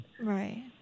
Right